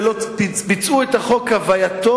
ולא ביצעו את החוק כהווייתו,